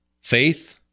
faith